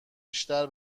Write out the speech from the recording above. بیشتر